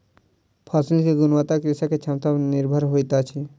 फसिल के गुणवत्ता कृषक के क्षमता पर निर्भर होइत अछि